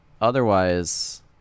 otherwise